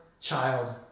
child